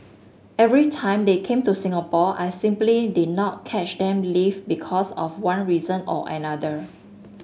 every time they came to Singapore I simply did not catch them live because of one reason or another